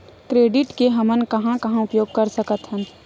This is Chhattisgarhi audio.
क्रेडिट के हमन कहां कहा उपयोग कर सकत हन?